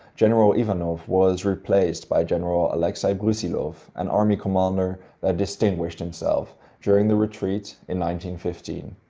general ivanov was replaced by general alexei brusilov, an army commander that distinguished himself during the retreat in nineteen-fifteen.